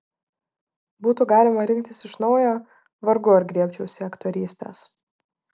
būtų galima rinktis iš naujo vargu ar griebčiausi aktorystės